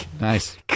nice